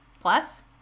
plus